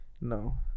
No